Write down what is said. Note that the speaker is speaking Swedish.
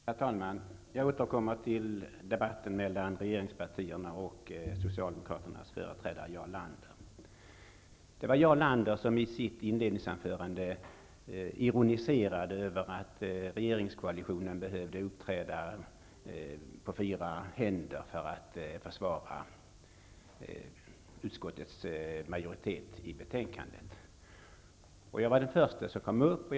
Herr talman! Jag återkommer till debatten mellan regeringspartiernas representanter och Jarl Lander ironiserade i sitt inledningsanförande över regeringskoalitionen, som behövde uppträda på fyra händer för att försvara utskottets majoritet när det gäller det här betänkandet. Jag var först bland de borgerliga talarna efter Jarl Lander.